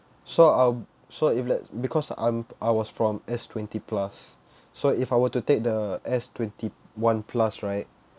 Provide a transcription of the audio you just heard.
so I'll so if let's because I'm I was from S twenty plus so if I were to take the S twenty one plus right